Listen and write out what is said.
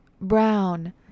Brown